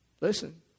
listen